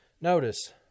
notice